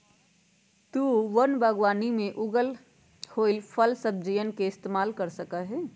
तु वन बागवानी में उगल होईल फलसब्जियन के इस्तेमाल कर सका हीं